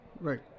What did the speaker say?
Right